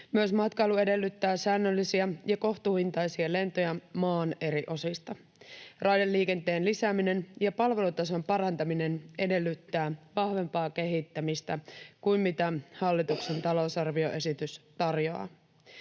Myös matkailu edellyttää säännöllisiä ja kohtuuhintaisia lentoja maan eri osista. Raideliikenteen lisääminen ja palvelutason parantaminen edellyttävät vahvempaa kehittämistä kuin mitä hallituksen talousarvioesitys tarjoaa.